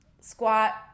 squat